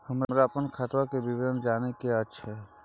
हमरा अपन खाता के विवरण जानय के अएछ?